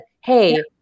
Hey